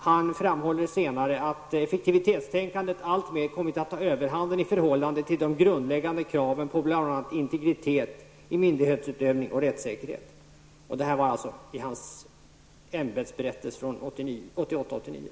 Han framhåller senare att effektivitetstänkandet alltmer kommit att ta överhanden i förhållande till de grundläggande kraven på bl.a. integritet i myndighetsutövning och rättssäkerhet. Detta är hämtat från hans ämbetsberättelse för 1988/89.